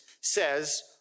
says